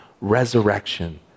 resurrection